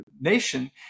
nation